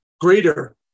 greater